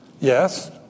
Yes